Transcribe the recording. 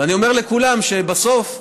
ואני אומר לכולם שבסוף,